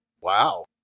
Wow